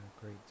great